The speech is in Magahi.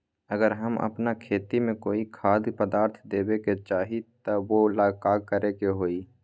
अगर हम अपना खेती में कोइ खाद्य पदार्थ देबे के चाही त वो ला का करे के होई?